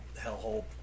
hellhole